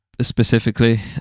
specifically